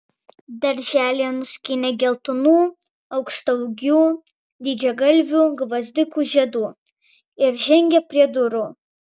darželyje nuskynė geltonų aukštaūgių didžiagalvių gvazdikų žiedų ir žengė prie durų